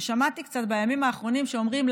שמעתי קצת בימים האחרונים שאומרים: